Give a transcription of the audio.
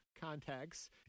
contacts